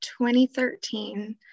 2013